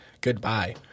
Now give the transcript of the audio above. goodbye